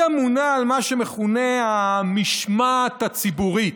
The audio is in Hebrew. היא אמונה על מה שמכונה המשמעת הציבורית,